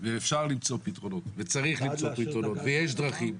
ואפשר למצוא פתרונות וצריך למצוא פתרונות ויש דרכים.